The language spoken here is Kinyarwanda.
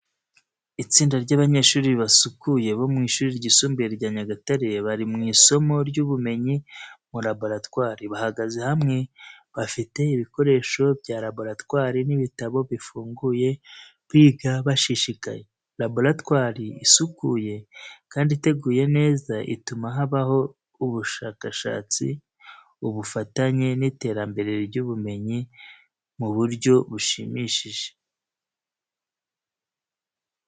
Itsinda ry’abanyeshuri basukuye bo mu shuri ry'isumbuye rya Nyagatare bari mu isomo ry’ubumenyi mu laboratwari. Bahagaze hamwe, bafite ibikoresho bya laboratwari n’ibitabo bifunguye, biga bashishikaye. Laboratwari isukuye kandi iteguye neza ituma habaho ubushakashatsi, ubufatanye n’iterambere ry’ubumenyi mu buryo bushimishije.